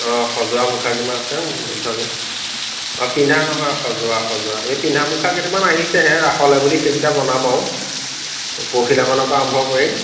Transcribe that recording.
অঁ সজোৱা মুখা কিমান আছে মধ্যম অঁ পিন্ধা নহয় সজোৱা সজোৱা এই পিন্ধা মুখা কেইটামান আহিছেহে ৰাসলৈ বুলি সেইকেইটা বনাম আৰু পৰহিলেমানৰ পৰা আৰম্ভ কৰিম